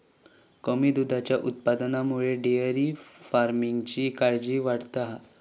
कमी दुधाच्या उत्पादनामुळे डेअरी फार्मिंगची काळजी वाढता हा